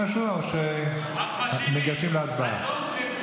או שניגשים להצבעה?